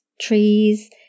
trees